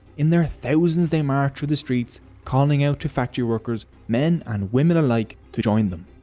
in their thousands they marched through the streets calling out to factory workers, men and women alike, to join them.